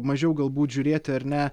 mažiau galbūt žiūrėti ar ne